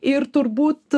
ir turbūt